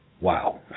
wow